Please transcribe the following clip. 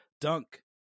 Dunk